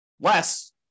Less